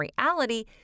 reality